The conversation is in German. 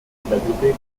pädagogik